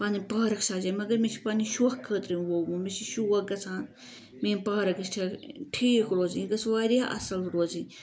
پَنٕنۍ پارک سجاوٕنۍ مَگر مےٚ چھُ پَننہِ شۄق خٲطرٕ وومُت مےٚ چھُ شوق گَژھان میٲنۍ پارک گٔژھ ٹھیٖک روزٕنۍ یہِ گٔژھ واریاہ اصل روزٕنۍ